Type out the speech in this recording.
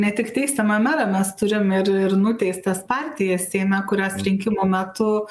ne tik teisiamą merą mes turim ir ir nuteistas partijas seime kurios rinkimų metu